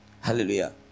Hallelujah